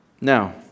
Now